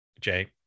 Jay